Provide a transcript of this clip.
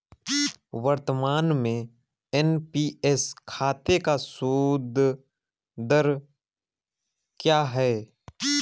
वर्तमान में एन.पी.एस खाते का सूद दर क्या है?